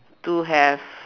to have